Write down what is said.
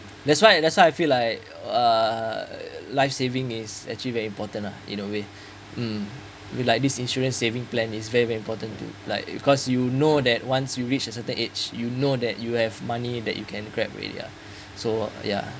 that's why that's why I feel like uh life saving is actually very important lah in a way mm we like this insurance saving plan is very very important to like because you know that once you reach a certain age you know that you have money that you can grab already uh so ya